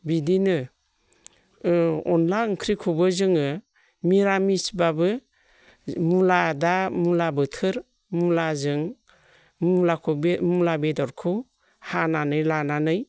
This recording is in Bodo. बिदिनो अनला ओंख्रिखौबो जोङो निरामिसबाबो मुला दा मुला बोथोर मुलाजों मुलाखौ बे मुला बेदरखौ हानानै लानानै